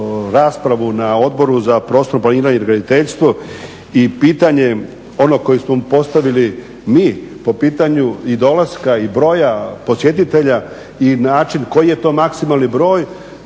raspravu na Odboru za prostorno planiranje i graditeljstvo i pitanje ono koje smo postavili mi po pitanju i dolaska i broja posjetitelja i način koji je to maksimalni broj